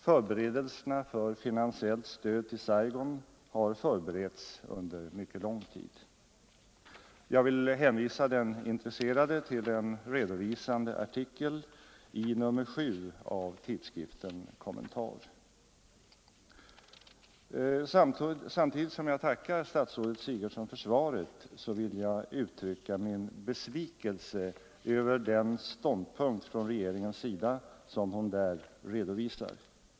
Förberedelserna för finansiellt stöd till Saigon har förberetts under lång tid. Jag vill hänvisa den intresserade till en redovisande artikel i nr 7 1974 av tidskriften Kommentar. Samtidigt som jag tackar statsrådet Sigurdsen för svaret vill jag uttrycka min besvikelse över den ståndpunkt från regeringens sida som hon där redovisar.